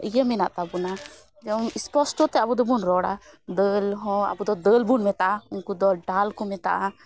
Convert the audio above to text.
ᱤᱭᱟᱹ ᱢᱮᱱᱟᱜ ᱛᱟᱵᱚᱱᱟ ᱡᱮᱢᱚᱱ ᱤᱥᱯᱚᱥᱴᱚᱛᱮ ᱟᱵᱚ ᱫᱚᱵᱚᱱ ᱨᱚᱲᱟ ᱫᱟᱹᱞᱦᱚᱸ ᱟᱵᱚᱫᱚ ᱫᱟᱹᱞᱵᱚᱱ ᱢᱮᱛᱟᱜᱼᱟ ᱩᱝᱠᱚᱫᱚ ᱰᱟᱞ ᱠᱚ ᱢᱮᱛᱟᱜᱼᱟ